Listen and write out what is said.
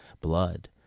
blood